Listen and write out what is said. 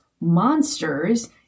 monsters